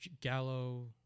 Gallo